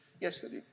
yesterday